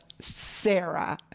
Sarah